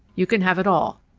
you can have it all.